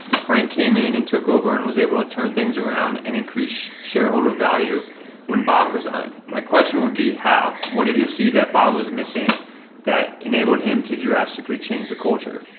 frank came in and took over and was able to turn things around and increase shareholder value when bob resigned. my question would be how? what did he see that bob was missing that enabled him to drastically change the culture?